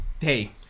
Hey